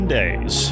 days